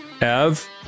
Ev